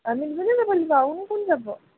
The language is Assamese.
আমি দুজনীয়ে যাব লাগিব আৰুনো কোন যাব